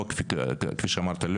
כפי שאמרת,